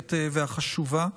המאומצת והחשובה.